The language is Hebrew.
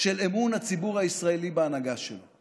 של אמון הציבור הישראלי בהנהגה שלו,